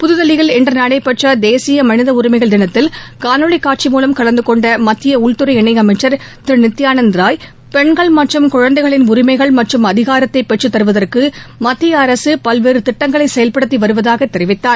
புத்தில்லியில் இன்று நடைபெற்ற தேசிய மனித உரிமைகள் தினத்தில் காணொலி காட்சி மூலம் கலந்துகொண்ட மத்திய உள்குறை இணையமைச்சர் திரு நித்யானந்த ராய் பெண்கள் மற்றும் குழந்தைகளின் உரிமைகள் மற்றும் அதிகாரத்தை பெற்றுத்தருவதற்கு மத்திய அரசு பல்வேறு திட்டங்களை செயல்படுத்தி வருவதாக தெரிவித்தார்